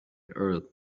earth